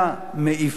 מעיפה,